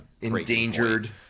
endangered